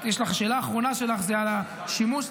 השאלה האחרונה שלך זה על השימוש.